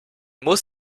muss